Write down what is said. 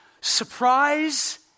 Surprise